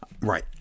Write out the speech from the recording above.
right